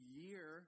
year